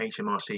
HMRC